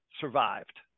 survived